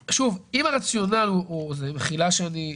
הרי אמרנו הכנסות של 1.3 מיליארד שקלים.